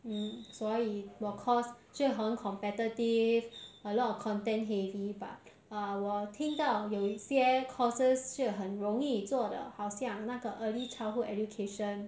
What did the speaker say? mm 所以我 course 是很 competitive a lot of content heavy but uh 我听到有些 courses 是很容易做的好像那个 early childhood education